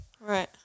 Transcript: Right